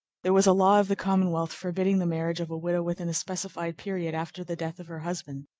there was a law of the commonwealth forbidding the marriage of a widow within a specified period after the death of her husband.